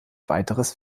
weiteres